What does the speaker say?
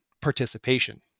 participation